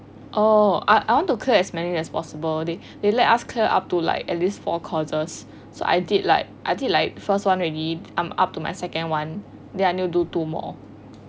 oh I I want to clear as many as possible they they let us like up to like at least four courses so I did like I did liken first one already I am up to my second one them I need to do two more